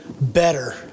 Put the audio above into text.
better